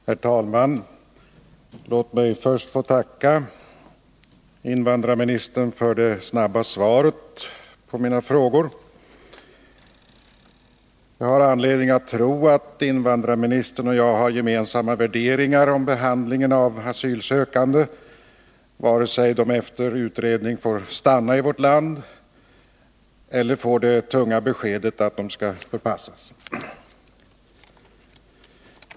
Herr talman! Låt mig först få tacka invandrarministern för det snabba svaret på mina frågor. Jag har anledning att tro att invandrarministern och jag har gemensamma värderingar om behandlingen av asylsökande, vare sig de efter utredning får stanna i vårt land eller får det tunga beskedet att de skall förpassas.